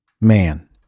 man